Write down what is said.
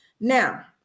Now